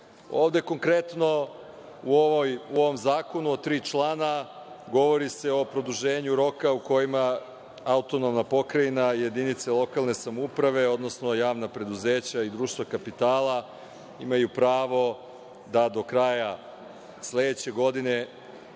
konkretno, u ovom zakonu od tri člana, govori se o produženju roka u kojima autonomna pokrajina, jedinice lokalne samouprave, odnosno javna preduzeća i društva kapitala, imaju pravo da do kraja sledeće godine